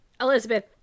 Elizabeth